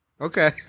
Okay